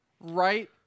right